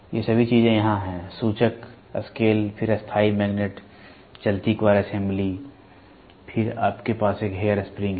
ये सभी चीजें यहां हैं सूचक स्केल फिर स्थायी मैग्नेट चलती कॉइल असेंबली फिर आपके पास एक हेयर स्प्रिंग है